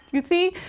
you see?